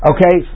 Okay